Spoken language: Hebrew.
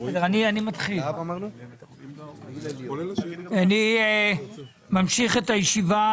אני מתכבד לפתוח את ישיבת